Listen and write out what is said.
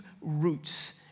roots